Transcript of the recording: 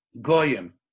goyim